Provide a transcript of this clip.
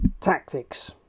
tactics